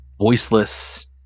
voiceless